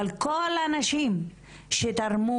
אבל כל הנשים שתרמו